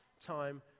time